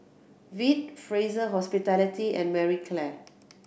Veet Fraser Hospitality and Marie Claire